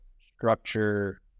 structure